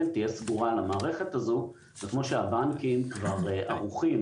תהיה סדורה על המערכת הזו וכמו שהבנקים כבר ערוכים